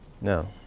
No